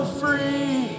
free